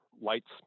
lights